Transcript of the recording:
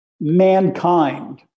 mankind